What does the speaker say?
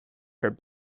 her